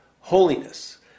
holiness